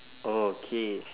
oh K